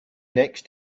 next